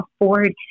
afford